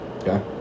okay